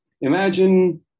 Imagine